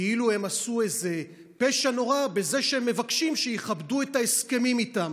כאילו הם עשו איזה פשע נורא בזה שהם מבקשים שיכבדו את ההסכמים איתם,